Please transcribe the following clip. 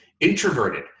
introverted